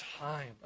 time